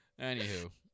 Anywho